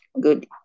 good